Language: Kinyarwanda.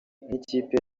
n’ikipe